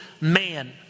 man